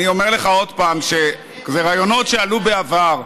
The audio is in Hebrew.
אני אומר לך עוד פעם שאלו רעיונות שעלו בעבר.